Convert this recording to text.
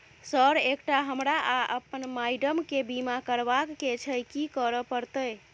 Sir एकटा हमरा आ अप्पन माइडम केँ बीमा करबाक केँ छैय की करऽ परतै?